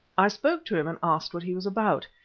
i spoke to him and asked what he was about.